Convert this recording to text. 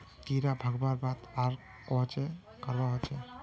कीड़ा भगवार बाद आर कोहचे करवा होचए?